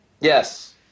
Yes